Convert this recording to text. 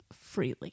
freely